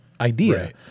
idea